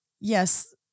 yes